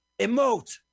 emote